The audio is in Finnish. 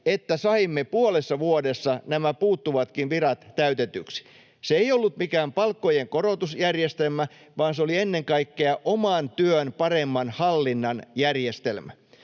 että saimme puolessa vuodessa nämä puuttuvatkin virat täytetyksi. Se ei ollut mikään palkkojen korotusjärjestelmä, vaan se oli ennen kaikkea oman työn paremman hallinnan järjestelmä.